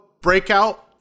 breakout